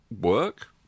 work